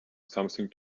something